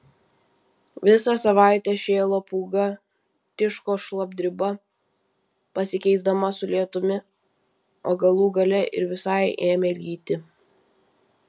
visą savaitę šėlo pūga tiško šlapdriba pasikeisdama su lietumi o galų gale ir visai ėmė lyti